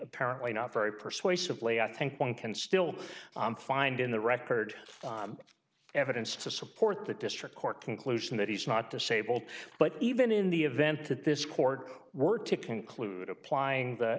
apparently not very persuasively i think one can still find in the record evidence to support that district court conclusion that he's not disabled but even in the event that this court were to conclude applying the